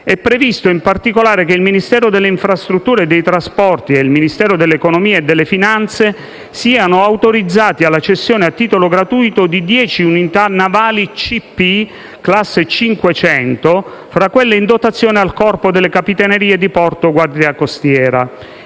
È previsto in particolare che il Ministero delle infrastrutture e dei trasporti e il Ministero dell'economia e delle finanze siano autorizzati alla cessione a titolo gratuito di dieci unità navali CP, classe 500, fra quelle in dotazione al Corpo delle capitanerie di porto-Guardia costiera